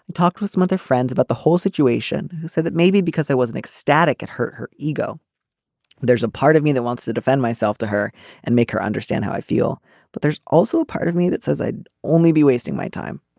talked to some other friends about the whole situation. who said that maybe because i wasn't ecstatic and hurt her ego there's a part of me that wants to defend myself to her and make her understand how i feel but there's also a part of me that says i'd only be wasting my time